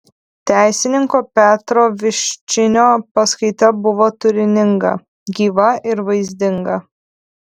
teisininko petro viščinio paskaita buvo turininga gyva ir vaizdinga